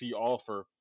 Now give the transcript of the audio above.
offer